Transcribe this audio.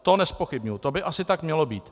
To nezpochybňuji, to by asi tak mělo být.